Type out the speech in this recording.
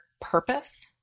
purpose